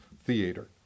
theater